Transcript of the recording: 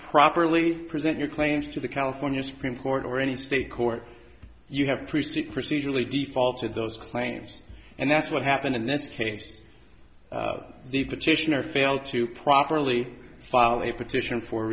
properly present your claims to the california supreme court or any state court you have creasy procedurally defaulted those claims and that's what happened in this case the petitioner failed to properly file a petition for